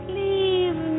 leave